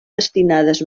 destinades